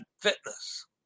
Fitness